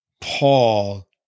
Paul